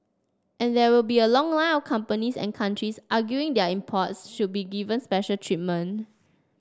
and there will be a long line of companies and countries arguing their imports should be given special treatment